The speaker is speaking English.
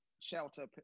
shelter